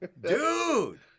Dude